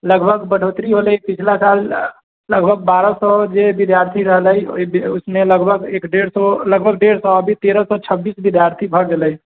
लगभग बढ़ोतरी होलै पिछला साल लगभग बारह सए जे विद्यार्थी रहलै उसमे लगभग एक डेढ़ सए लगभग डेढ़ सए अभी तेरह सए छब्बीस विद्यार्थी भऽ गेलै